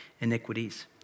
iniquities